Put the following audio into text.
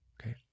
okay